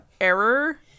error